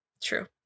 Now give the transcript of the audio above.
True